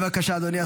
בבקשה, אדוני השר.